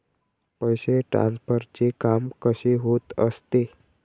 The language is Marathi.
पैसे ट्रान्सफरचे काम कसे होत असते?